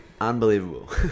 unbelievable